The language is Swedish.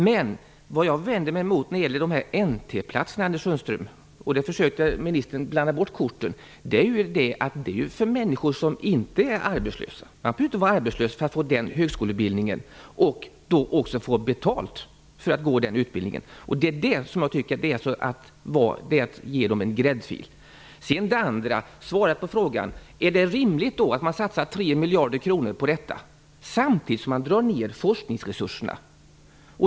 Men vad jag vänder mig emot när det gäller dessa NT-platser, Anders Sundström, är att de är till för människor som inte är arbetslösa. Här försökte ministern blanda bort korten. Man behöver inte vara arbetslös för att få den högskoleutbildningen och också få betalt för att gå den utbildningen. Det är detta jag tycker är att ge dem en "gräddfil". Sedan gällde det svaret på frågan: Är det rimligt att man då satsar 3 miljarder kronor på detta samtidigt som man drar ner forskningsresurserna?